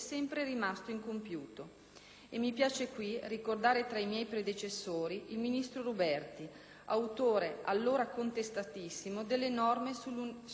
e mi piace qui ricordare tra i miei predecessori il ministro Ruberti, autore allora contestatissimo delle norme sull'autonomia universitaria,